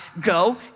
go